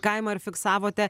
kaimą ir fiksavote